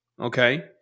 Okay